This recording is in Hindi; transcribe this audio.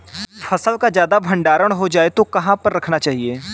फसल का ज्यादा भंडारण हो जाए तो कहाँ पर रखना चाहिए?